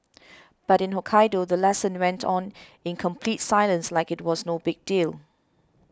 but in Hokkaido the lesson went on in complete silence like it was no big deal